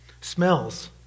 smells